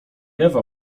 ewa